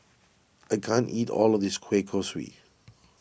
I can't eat all of this Kueh Kosui